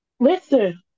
Listen